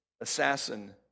assassin